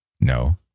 No